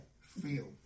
feel